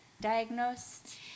diagnosed